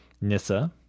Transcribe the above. Nissa